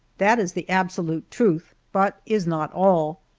that is the absolute truth, but is not all.